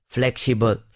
Flexible